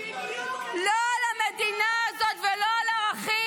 לא על המדינה הזאת ולא על ערכים.